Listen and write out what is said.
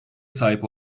sahip